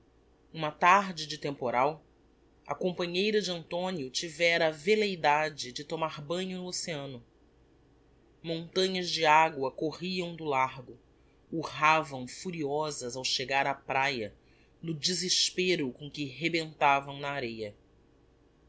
uma tarde de temporal a companheira de antonio tivera a velleidade de tomar banho no oceano montanhas de agua corriam do largo urravam furiosas ao chegar á praia no desespero com que rebentavam na areia